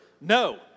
No